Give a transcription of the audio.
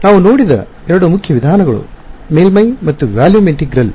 ನಾವು ನೋಡಿದ ಎರಡು ಮುಖ್ಯ ವಿಧಾನಗಳು ಮೇಲ್ಮೈ ಮತ್ತು ವ್ಯಾಲ್ಯೂಮ್ ಇಂಟಿಗ್ರಲ್